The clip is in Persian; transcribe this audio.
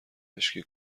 مشکی